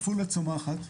עפולה צומחת,